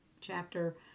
chapter